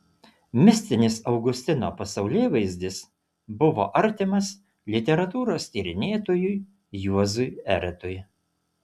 mistinis augustino pasaulėvaizdis buvo artimas literatūros tyrinėtojui juozui eretui